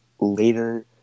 later